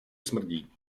smrdí